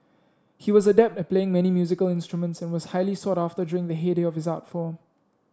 he was adept at playing many musical instruments and was highly sought after during the heyday of his art form